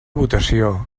votació